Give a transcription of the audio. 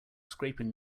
scraping